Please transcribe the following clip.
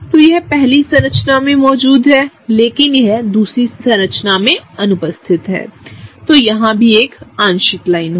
तो यह पहली संरचना में मौजूद है लेकिन यहदूसरी संरचना में अनुपस्थित है तो यहां एक आंशिक लाइन होगी